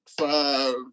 five